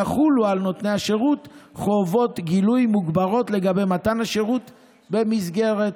יחולו על נותני השירות חובות גילוי מוגברות לגבי מתן השירות במסגרת